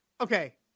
okay